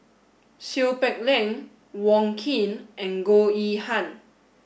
Seow Peck Leng Wong Keen and Goh Yihan